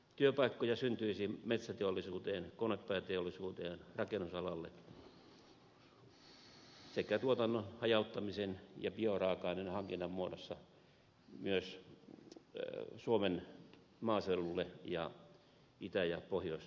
työpaikkoja syntyisi metsäteollisuuteen konepajateollisuuteen rakennusalalle sekä tuotannon hajauttamisen ja bioraaka aineen hankinnan muodossa myös suomen maaseudulle ja itä ja pohjois suomeen